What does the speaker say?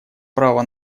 права